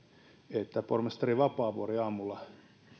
että pormestari vapaavuori aamulla